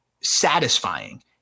satisfying